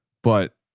but